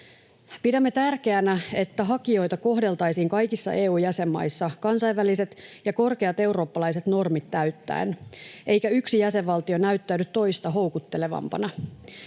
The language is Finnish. Pidämme tärkeänä, että hakijoita kohdeltaisiin kaikissa EU-jäsenmaissa kansainväliset ja korkeat eurooppalaiset normit täyttäen eikä yksi jäsenvaltio näyttäydy toista houkuttelevampana.